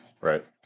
right